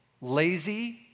lazy